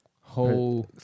whole